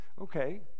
Okay